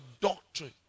doctrine